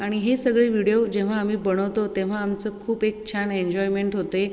आणि हे सगळे विडीओ जेव्हा आम्ही बनवतो तेव्हा आमचं खूप एक छान एन्जॉयमेंट होते